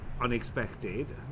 unexpected